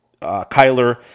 Kyler